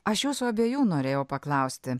aš jūsų abiejų norėjau paklausti